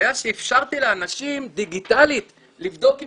היה שאפשרתי לאנשים דיגיטלית לבדוק אם